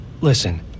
Listen